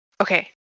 Okay